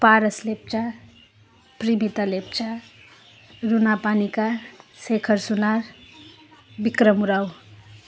Paras Lepcha Pribhita Lepcha Runa Panika Shekhar Sunar Vikram Rao